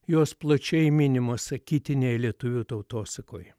jos plačiai minimos sakytinėj lietuvių tautosakoj